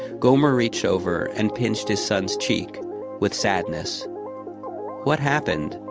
gomer reached over and pinched his son's cheeks with sadness what happened?